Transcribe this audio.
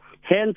Hence